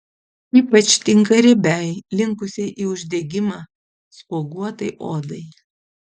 ypač tinka riebiai linkusiai į uždegimą spuoguotai odai